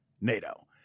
NATO